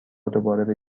دوباره